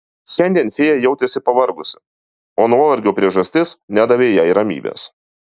šiandien fėja jautėsi pavargusi o nuovargio priežastis nedavė jai ramybės